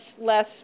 less